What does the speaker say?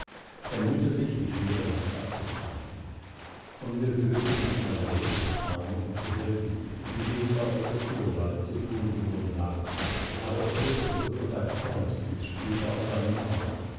mühte sich die schwere last abzustreifen unwillkürlich hob margarete den arm um zu helfen wie sie es bei onkel theobald zu thun gewohnt war aber er fuhr zurück und ein zornesblitz sprühte aus seinen augen